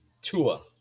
Tua